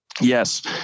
Yes